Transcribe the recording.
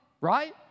Right